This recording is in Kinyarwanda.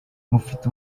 mufite